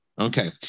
Okay